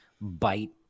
bite